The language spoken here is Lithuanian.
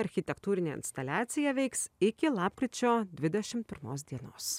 architektūrinė instaliacija veiks iki lapkričio dvidešim pirmos dienos